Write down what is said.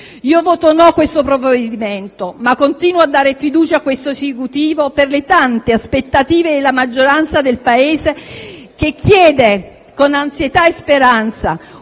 Voto no a questo provvedimento, ma continuo a dare fiducia a questo Esecutivo per le tante aspettative della maggioranza del Paese, che chiede con ansietà e speranza